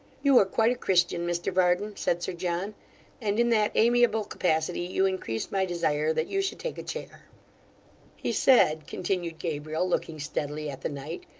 you are quite a christian, mr varden said sir john and in that amiable capacity, you increase my desire that you should take a chair he said continued gabriel, looking steadily at the knight,